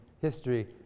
history